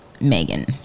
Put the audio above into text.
megan